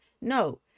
no